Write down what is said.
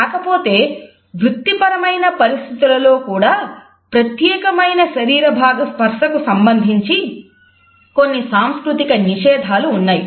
కాకపోతే వృత్తిపరమైన పరిస్థితులలో కూడా ప్రత్యేకమైన శరీర భాగ స్పర్శ కు సంబంధించి కొన్ని సాంస్కృతిక నిషేధాలు ఉన్నాయి